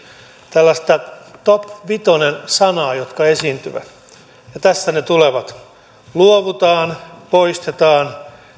tällaista top vitonen sanaa jotka esiintyvät ja tässä ne tulevat luovutaan poistetaan